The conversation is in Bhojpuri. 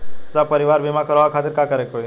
सपरिवार बीमा करवावे खातिर का करे के होई?